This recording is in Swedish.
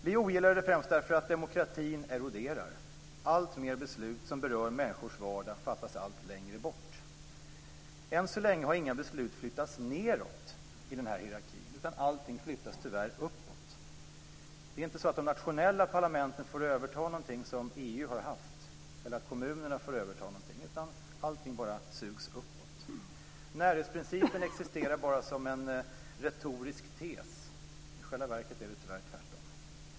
Vi ogillar den främst därför att demokratin eroderar. Alltmer beslut som berör människors vardag fattas allt längre bort. Än så länge har inga beslut flyttats nedåt i den här hierarkin, utan allting flyttas tyvärr uppåt. Det är inte så att de nationella parlamenten får överta någonting som EU har haft eller att kommunerna får överta någonting, utan allting bara sugs uppåt. Närhetsprincipen existerar bara som en retorisk tes; i själva verket är det tvärtom.